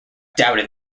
doubted